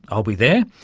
i'll be there,